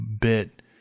bit